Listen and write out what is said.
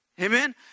Amen